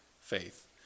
faith